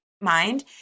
mind